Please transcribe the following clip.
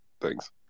thanks